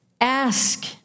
Ask